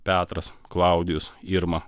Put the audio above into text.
petras klaudijus irma